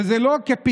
וזה לא כפתגם,